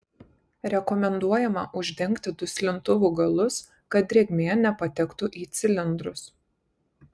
rekomenduojama uždengti duslintuvų galus kad drėgmė nepatektų į cilindrus